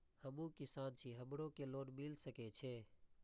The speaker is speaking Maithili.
हमू किसान छी हमरो के लोन मिल सके छे?